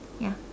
ya